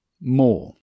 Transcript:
more